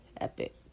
Epic